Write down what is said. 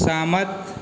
सहमत